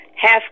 half